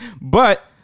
But-